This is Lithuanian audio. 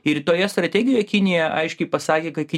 ir toje strategijoje kinija aiškiai pasakė kad